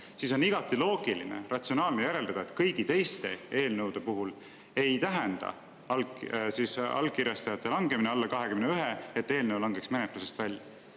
siis on igati loogiline, ratsionaalne järeldada, et kõigi teiste eelnõude puhul ei tähenda allkirjastajate arvu langemine alla 21, et eelnõu langeb menetlusest välja. See